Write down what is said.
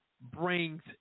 brings